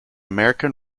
american